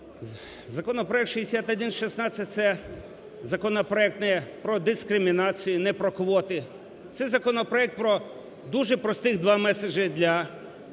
Законопроект 6116 – це законопроект про дискримінацію, не про квоти. Це законопроект про дуже прості два мессиджі для тимчасово